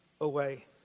away